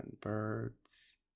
birds